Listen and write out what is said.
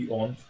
on